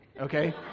okay